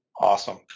Awesome